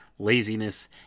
laziness